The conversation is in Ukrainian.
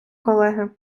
колеги